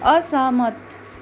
असहमत